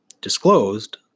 disclosed